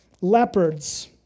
leopards